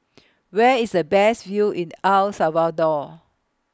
Where IS The Best View in El Salvador